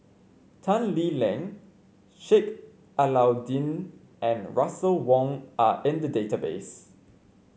Tan Lee Leng Sheik Alau'ddin and Russel Wong are in the database